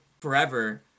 forever